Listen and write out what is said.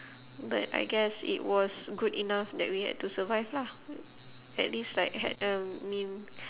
but I guess it was good enough that we had to survive lah at least like had a meal